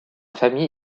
famille